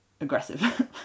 aggressive